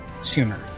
sooner